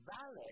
valley